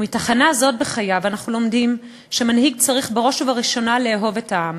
ומתחנה זאת בחייו אנחנו לומדים שמנהיג צריך בראש ובראשונה לאהוב את העם,